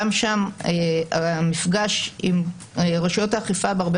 גם שם המפגש עם רשויות האכיפה בהרבה